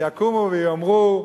יקומו ויאמרו: